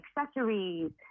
accessories